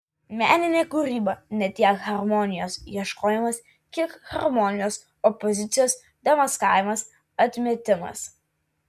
meninė kūryba ne tiek harmonijos ieškojimas kiek harmonijos opozicijos demaskavimas atmetimas